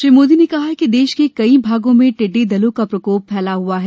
श्री मोदी ने कहा देश के कई भागों में टिड्डी दलों का प्रकोप फैला हुआ है